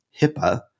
HIPAA